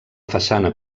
façana